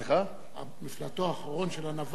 מפלטו האחרון של הנבל הוא הפטריוטיזם.